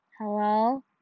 Hello